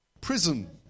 prison